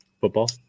football